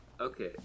Okay